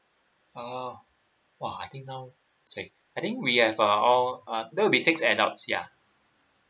oh !wah! I think now I think we have uh all there will be six adults ya